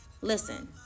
listen